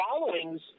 followings